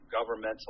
governmental